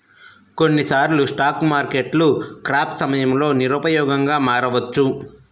కొన్నిసార్లు స్టాక్ మార్కెట్లు క్రాష్ సమయంలో నిరుపయోగంగా మారవచ్చు